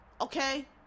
okay